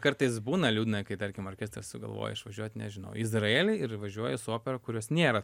kartais būna liūdna kai tarkim orkestras sugalvoja išvažiuot nežinau į izraelį ir važiuoja su opera kurios nėra